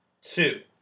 two